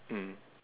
mm